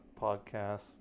podcast